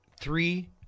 three